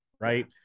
right